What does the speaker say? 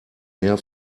mehr